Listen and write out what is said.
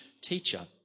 teacher